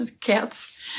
Cats